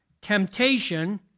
Temptation